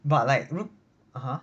but like 如 (uh huh)